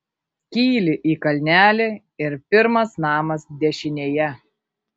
kyli į kalnelį ir pirmas namas dešinėje